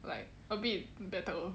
like a bit better